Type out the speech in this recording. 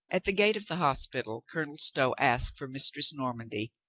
at the gate of the hospital colonel stow asked for mistress normandy,